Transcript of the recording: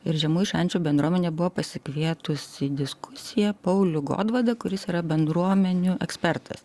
ir žemųjų šančių bendruomenė buvo pasikvietus į diskusiją paulių godvadą kuris yra bendruomenių ekspertas